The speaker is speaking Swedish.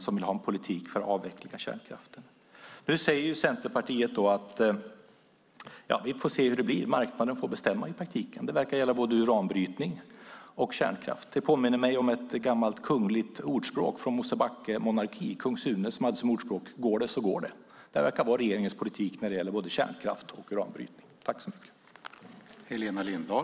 Vi vill ha en politik för avveckling av kärnkraften. Nu säger Centerpartiet att vi får se hur det blir. Marknaden får i praktiken bestämma. Det verkar gälla både uranbrytning och kärnkraft. Det påminner mig om ett gammalt kungligt ordspråk från Mosebacke Monarki . Kung Sune hade som ordspråk: "Går det, så går det". Det verkar vara regeringens politik när det gäller både kärnkraft och uranbrytning.